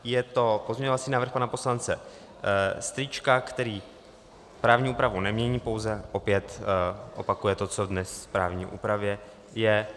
Je to pozměňovací návrh pana poslance Strýčka, který právní úpravu nemění, pouze opět opakuje to, co dnes v právní úpravě je.